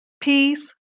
peace